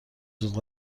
زود